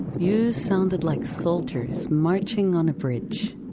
you sounded like soldiers marching on a bridge.